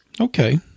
Okay